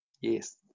yes